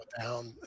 down